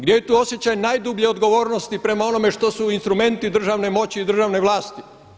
Gdje je tu osjećaj najdublje odgovornosti prema onome što su instrumenti državne moći i državne vlasti?